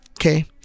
okay